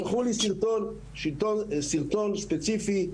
שלחו לי סרטון על אירוע ספציפי,